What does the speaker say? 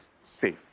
safe